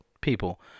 people